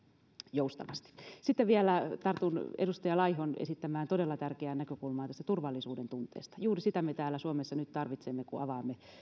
joustavasti sitten vielä tartun edustaja laihon esittämään todella tärkeään näkökulmaan tästä turvallisuudentunteesta juuri sitä me täällä suomessa nyt tarvitsemme kun avaamme